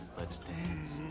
let's dance.